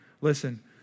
Listen